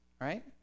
right